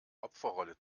opferrolle